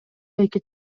эки